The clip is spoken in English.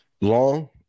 Long